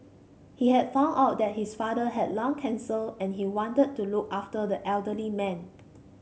he had found out that his father had lung cancer and he wanted to look after the elderly man